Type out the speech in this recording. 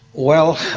well,